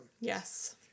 Yes